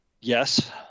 Yes